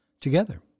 Together